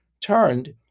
turned